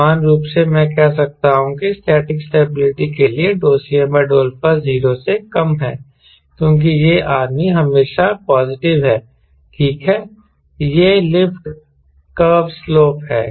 समान रूप से मैं कह सकता हूं स्टैटिक स्टेबिलिटी के लिए Cm∂α 0 से कम 0 है क्योंकि यह आदमी हमेशा पॉजिटिव है ठीक है यह लिफ्ट कर्व स्लोप है